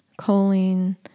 choline